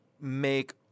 make